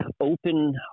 open